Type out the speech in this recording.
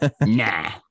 Nah